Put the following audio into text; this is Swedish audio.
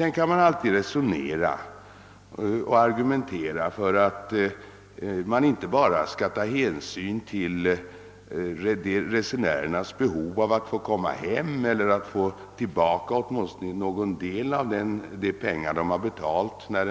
Man kan ju alltid argumentera för att lagen skall ta hänsyn även till andra fall än då resenärerna behöver hjälp för att komma hem eller då de bör få tillbaka åtminstone någon del av de pengar som de betalat för